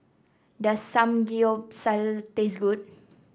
does Samgeyopsal taste good